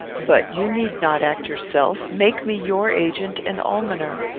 but you need not act yourself. make me your agent and almoner.